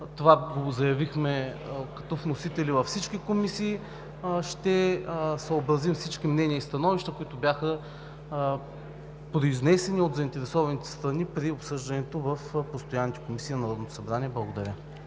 – заявихме го като вносители във всички комисии – ще се съобразим с всички мнения и становища, които бяха произнесени от заинтересованите страни при обсъждането в постоянните комисии на Народното събрание. Благодаря.